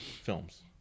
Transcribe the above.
films